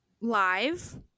live